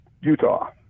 Utah